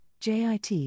JIT